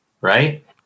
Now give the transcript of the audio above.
Right